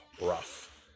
Rough